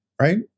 right